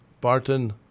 Barton